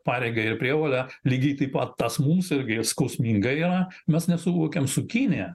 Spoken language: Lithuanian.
pareigą ir a prievolę lygiai taip pat tas mūsų irgi skausminga yra mes nesuvokiam su kinija